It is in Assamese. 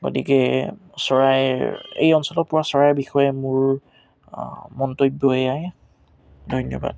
গতিকে চৰাইৰ এই অঞ্চলত পৰা চৰাইৰ বিষয়ে মোৰ মন্তব্য এয়াই ধন্যবাদ